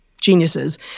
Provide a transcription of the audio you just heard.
geniuses